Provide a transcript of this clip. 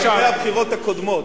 זה אחרי הבחירות הקודמות.